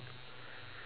orange